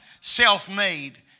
Self-made